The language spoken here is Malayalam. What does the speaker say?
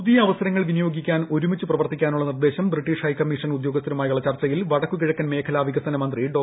പുതിയ അവസരങ്ങൾ വിനിയോഗിക്കാൻ ഔരുമിച്ച് പ്രവർത്തിക്കാനുള്ള നിർദ്ദേശം ബ്രിട്ടീഷ് ഹ്ഹെക്കമ്മീഷൻ ഉദ്യോഗസ്ഥരുമായുള്ള ചർച്ചയിൽഫ്ടടക്കു കിഴക്കൻ മേഖലാ വികസന മന്ത്രി ഡോ